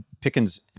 Pickens